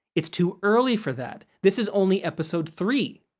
it's too early for that, this is only episode three.